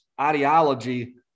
ideology